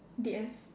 D_S